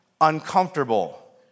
uncomfortable